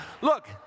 Look